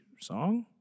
song